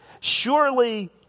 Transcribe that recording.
Surely